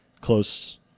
close